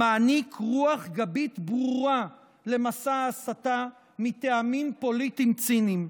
מעניק רוח גבית ברורה למסע ההסתה מטעמים פוליטיים ציניים.